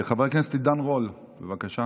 חבר הכנסת עידן רול, בבקשה.